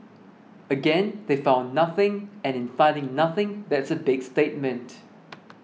again they found nothing and in finding nothing that's a big statement